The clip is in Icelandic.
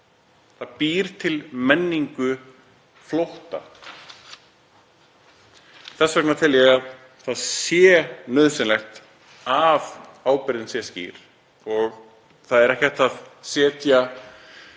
Það býr til menningu flótta. Þess vegna tel ég að það sé nauðsynlegt að ábyrgðin sé skýr og það er ekki hægt að setja